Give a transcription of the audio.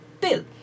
bill